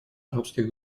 арабских